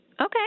Okay